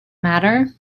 matter